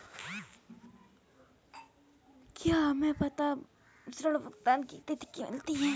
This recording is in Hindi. क्या हमें ऋण भुगतान की तिथि मिलती है?